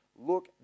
look